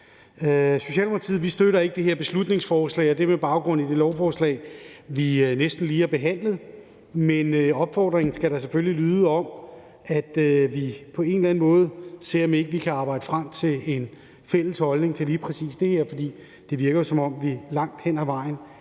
Socialdemokratiet støtter ikke det her beslutningsforslag, og det er med baggrund i det lovforslag, vi næsten lige har behandlet. Men der skal selvfølgelig lyde en opfordring til, at vi på en eller anden måde ser, om vi ikke kan arbejde frem til en fælles holdning til lige præcis det her. For det virker jo, som om vi langt hen ad vejen